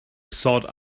sought